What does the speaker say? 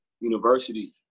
University